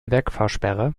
wegfahrsperre